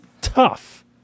tough